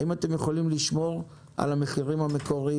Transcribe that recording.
האם אתם יכולים לשמור על המחירים המקוריים